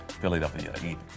Philadelphia